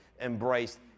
embraced